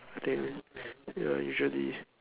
I think ya usually